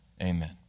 Amen